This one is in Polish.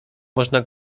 można